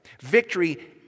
victory